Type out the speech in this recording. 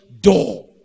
door